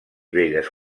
belles